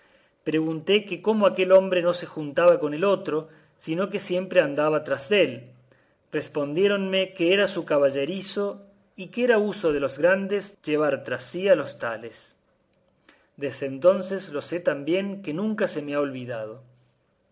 pregunté que cómo aquel hombre no se juntaba con el otro sino que siempre andaba tras dél respondiéronme que era su caballerizo y que era uso de los grandes llevar tras sí a los tales desde entonces lo sé tan bien que nunca se me ha olvidado